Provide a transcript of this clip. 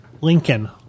Lincoln